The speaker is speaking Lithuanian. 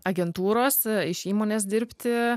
agentūros iš įmonės dirbti